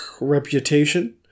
reputation